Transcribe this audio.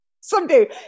Someday